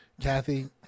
Kathy